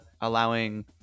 allowing